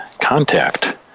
contact